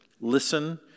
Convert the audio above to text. listen